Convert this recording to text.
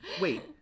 Wait